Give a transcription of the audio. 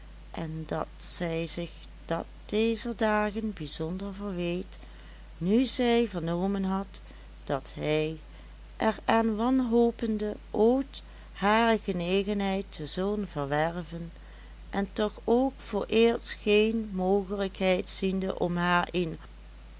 en dat zij zich dat dezer dagen bijzonder verweet nu zij vernomen had dat hij er aan wanhopende ooit hare genegenheid te zullen verwerven en toch ook vooreerst geen mogelijkheid ziende om haar een